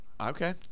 Okay